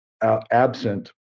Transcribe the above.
absent